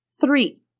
Three